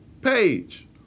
Page